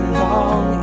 long